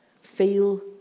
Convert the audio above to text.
feel